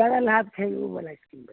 जादा लाभ छै ओवला स्कीम